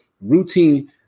routine